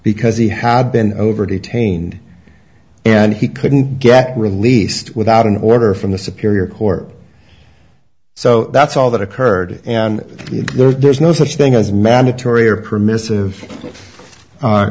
because he had been over detained and he couldn't get released without an order from the secure court so that's all that occurred and there's no such thing as mandatory or permissive